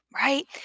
right